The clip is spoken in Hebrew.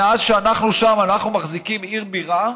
מאז שאנחנו שם אנחנו מחזיקים עיר בירה,